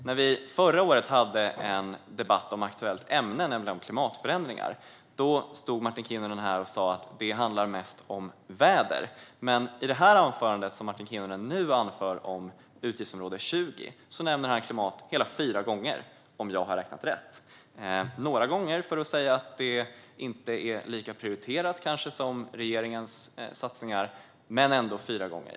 När vi förra året hade en debatt om ett aktuellt ämne, nämligen klimatförändringar, stod Martin Kinnunen här och sa att det mest handlar om väder. Men i det anförande Martin Kinnunen nu höll om utgiftsområde 20 nämner han klimatet hela fyra gånger, om jag har räknat rätt - några gånger för att säga att det kanske inte är lika prioriterat som i regeringens satsningar, men ändå fyra gånger.